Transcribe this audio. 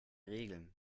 regeln